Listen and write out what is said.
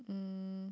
um